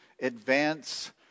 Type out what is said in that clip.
advance